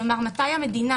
כלומר: מתי המדינה,